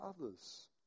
others